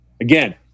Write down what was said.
Again